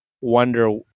wonder